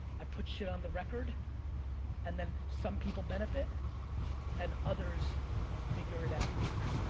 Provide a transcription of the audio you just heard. i put shit on the record and then some people benefit and others figure it out later.